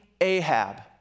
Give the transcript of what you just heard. Ahab